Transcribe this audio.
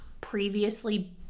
previously